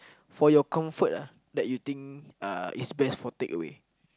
for your comfort that is best for takeaway